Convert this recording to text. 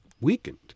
weakened